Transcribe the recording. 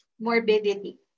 morbidity